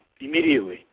immediately